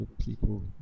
people